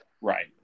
Right